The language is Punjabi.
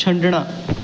ਛੱਡਣਾ